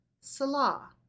Salah